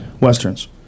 Westerns